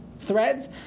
threads